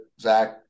Zach